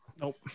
Nope